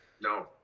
no